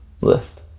list